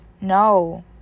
No